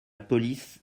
police